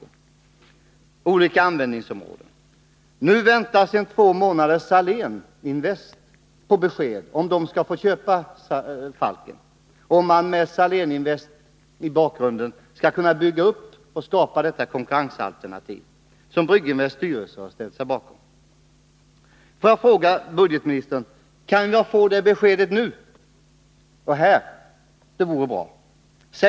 Det gäller också olika användningsområden. Nu väntar man sedan två månader tillbaka på besked om huruvida Saléninvest skall få köpa Falken, om man med Saléninvest i bakgrunden skall kunna bygga upp verksamheten och skapa det konkurrensalternativ som Brygginvests styrelse har ställt sig bakom. Jag frågar budgetministern: Kan jag få det beskedet här och nu? Det vore i så fall bra.